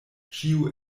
ĉio